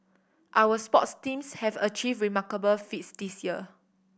our sports teams have achieved remarkable feats this year